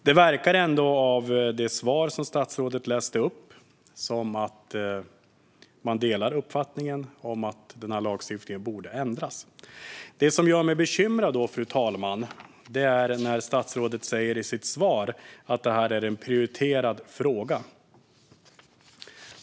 Det verkar ändå, av det svar som statsrådet gav, som att man delar uppfattningen att denna lagstiftning borde ändras. Det som gör mig bekymrad, fru talman, är att statsrådet i sitt svar sa att detta är en prioriterad fråga.